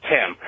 Tim